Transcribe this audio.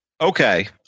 Okay